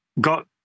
got